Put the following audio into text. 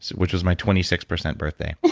which was my twenty six percent birthday.